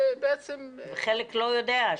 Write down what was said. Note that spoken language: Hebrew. וחלק לא יודע.